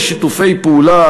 יש שיתופי פעולה?